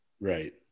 Right